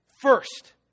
first